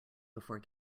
before